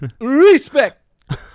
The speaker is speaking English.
Respect